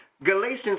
Galatians